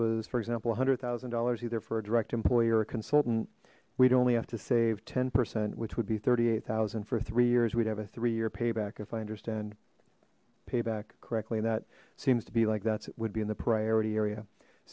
was for example a hundred thousand dollars either for a direct employee or a consultant we'd only have to save ten percent which would be thirty eight thousand for three years we'd have a three year payback if i understand payback correctly that seems to be like that's it would be in the priority area